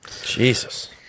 Jesus